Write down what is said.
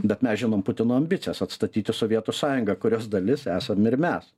bet mes žinom putino ambicijas atstatyti sovietų sąjungą kurios dalis esam ir mes